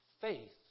Faith